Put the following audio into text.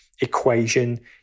equation